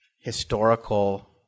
historical